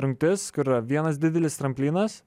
rungtis kur yra vienas didelis tramplinas